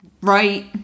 right